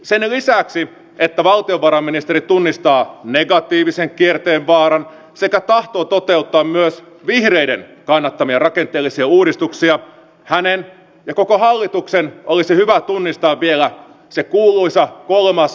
sen lisäksi että valtiovarainministeri tunnistaa negatiivisen kierteen vaaran sekä tahtoo toteuttaa myös vihreiden kannattamia rakenteellisia uudistuksia hänen ja koko hallituksen olisi hyvä tunnistaa vielä se kuuluisa kolmas pointti